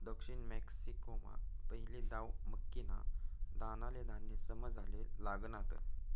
दक्षिण मेक्सिकोमा पहिली दाव मक्कीना दानाले धान्य समजाले लागनात